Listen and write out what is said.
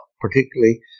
particularly